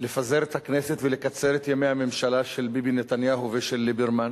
לפזר את הכנסת ולקצר את ימי הממשלה של ביבי נתניהו ושל ליברמן